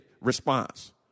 response